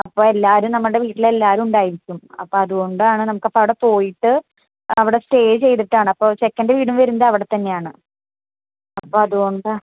അപ്പം എല്ലാവരും നമ്മുടെ വീട്ടിലെല്ലാവരും ഉണ്ടായിരിക്കും അപ്പം അത്കൊണ്ടാണ് നമുക്ക് അപ്പം അവിടെ പോയിട്ട് അവിടെ സ്റ്റേ ചെയ്തിട്ടാണ് അപ്പം ചെക്കൻ്റെ വീടും വരുന്നത് അവിടെ തന്നെയാണ് അപ്പം അത്കൊണ്ടാ